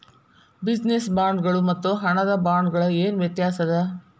Business ಬಾಂಡ್ಗಳ್ ಮತ್ತು ಹಣದ ಬಾಂಡ್ಗ ಏನ್ ವ್ಯತಾಸದ?